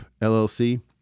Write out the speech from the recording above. LLC